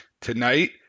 Tonight